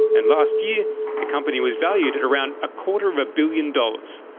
and last year the company was valued at around a quarter of a billion dollars.